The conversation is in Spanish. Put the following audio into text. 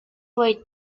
white